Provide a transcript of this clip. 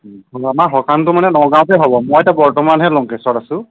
আমাৰ সকামটো মানে নগাঁৱতে হ'ব মই এতিয়া বৰ্তমানহে লংকেশ্বৰত আছোঁ